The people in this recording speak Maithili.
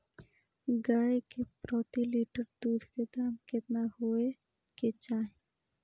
गाय के प्रति लीटर दूध के दाम केतना होय के चाही?